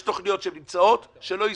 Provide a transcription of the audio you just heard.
יש תוכניות שנמצאות שלא ייסגרו.